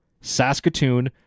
Saskatoon